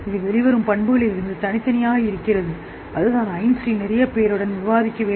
இது வெளிவரும் பண்புகளிலிருந்து தனித்தனியாக இருக்கிறது அதுதான் ஐன்ஸ்டீன் நிறைய பேருடன் விவாதிக்க வேண்டும்